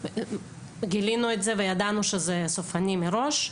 גילינו את זה וידענו שזה סופני מראש,